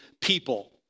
people